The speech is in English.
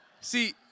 See